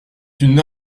une